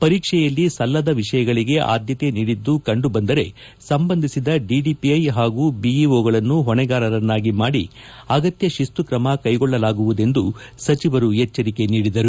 ಪರೀಕ್ಷೆಯಲ್ಲಿ ಸಲ್ಲದ ವಿಷಯಗಳಿಗೆ ಆದ್ದತೆ ನೀಡಿದ್ದು ಕಂಡುಬಂದರೆ ಸಂಬಂಧಿಸಿದ ಡಿಡಿಪಿಐ ಹಾಗೂ ಬಿಐಒಗಳನ್ನೇ ಹೊಣೆಗಾರರನ್ನಾಗಿ ಮಾಡಿ ಆಗತ್ತ ಶಿಸ್ತುತ್ತಮ ಕೈಗೊಳ್ಳಲಾಗುವುದೆಂದು ಸಚಿವರು ಎಚ್ಚರಿಕೆ ನೀಡಿದರು